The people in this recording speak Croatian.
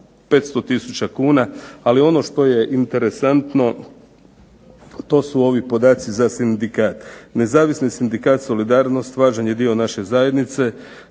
500000 kuna. Ali ono što je interesantno, a to su ovi podaci za sindikat. Nezavisni sindikat "Solidarnost" važan je dio naše zajednice,